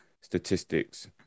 statistics